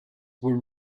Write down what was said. were